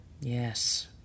Yes